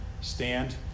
stand